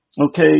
Okay